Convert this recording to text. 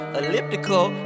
elliptical